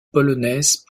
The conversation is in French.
polonaise